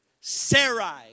Sarai